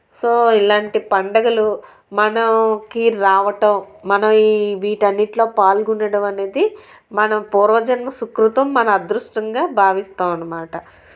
so ఇలాంటి పండుగలు మనకి రావడం మన ఈ వీటన్నిటిలో పాల్గొనడం అనేది మనం పూర్వజన్మ సుకృతం మన అదృష్టంగా భావిస్తాం అనమాట